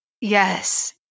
yes